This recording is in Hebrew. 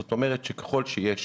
זאת אומרת שככל שיש